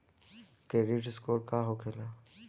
Credit score का होखेला?